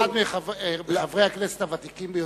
בתור אחד מחברי הכנסת הוותיקים ביותר,